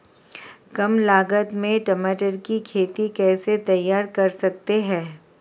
कम लागत में टमाटर की खेती कैसे तैयार कर सकते हैं?